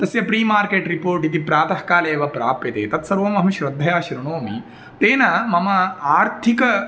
तस्य pre market report इति प्रातःकाले एव प्राप्यते तत् सर्वमपि श्रद्धया शृणोमि तेन मम आर्थिकः